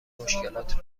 مشکلات